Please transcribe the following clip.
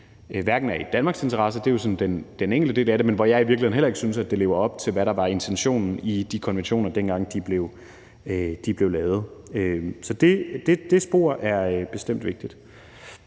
ikke er i Danmarks interesse – det er jo sådan den enkelte del af det – og hvor jeg i virkeligheden heller ikke synes, at det lever op til, hvad der var intentionen i de konventioner, dengang de blev lavet. Så det spor er bestemt vigtigt.